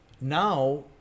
Now